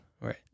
Right